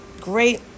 great